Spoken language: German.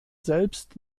selbst